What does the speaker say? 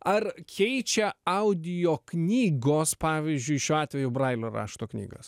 ar keičia audio knygos pavyzdžiui šiuo atveju brailio rašto knygas